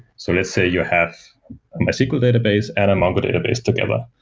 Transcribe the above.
so let's say you have a sql database and a mongo database together,